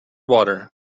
water